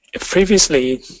previously